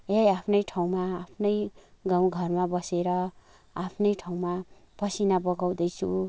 यही आफ्नै ठाउँमा आफ्नै गाउँ घरमा बसेर आफ्नै ठाउँमा पसिना बगाउँदैछु